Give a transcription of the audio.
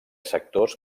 sectors